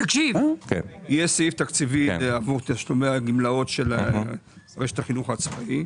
יש סעיף תקציבי עבור תשלומי הגמלאות של רשת החינוך העצמאי,